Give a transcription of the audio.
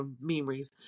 memories